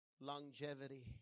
Longevity